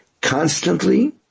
Constantly